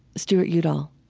stuart udall,